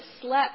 slept